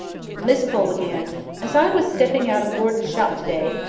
miss pole began as i was stepping out of gordon's shop to-day,